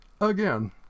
Again